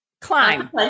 climb